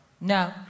No